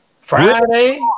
Friday